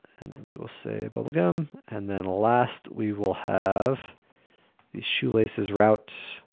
and then we will say, bubblegum. and then last we will have the shoelaces routes.